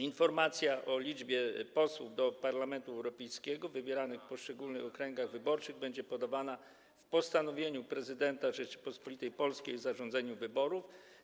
Informacja o liczbie posłów do Parlamentu Europejskiego wybieranych w poszczególnych okręgach wyborczych będzie podawana w postanowieniu prezydenta Rzeczypospolitej Polskiej o zarządzeniu wyborów.